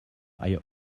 eier